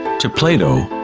to plato,